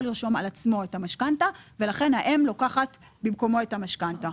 לרשום על עצמו את המשכנתא ולכן האם לוקחת במקומו את המשכנתא?